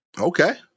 Okay